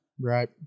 Right